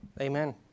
Amen